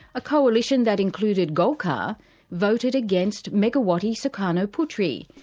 a coalition that included golkar voted against megawati sukarnoputri,